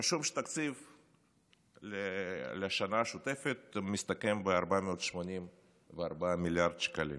רשום שהתקציב לשנה השוטפת מסתכם ב-484 מיליארד שקלים.